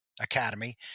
Academy